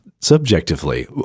subjectively